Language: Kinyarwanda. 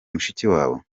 mushikiwabo